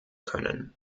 können